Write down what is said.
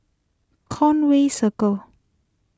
Conway Circle